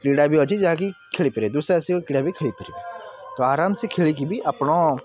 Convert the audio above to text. କ୍ରୀଡ଼ା ବି ଅଛି ଯାହାକି ଖେଳିପାରିବେ ଦୁଃସାହସିକ କ୍ରୀଡ଼ା ବି ଖେଳିପାରିବେ ତ ଆରମସେ ଖେଳିକି ବି ଆପଣ